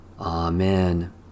Amen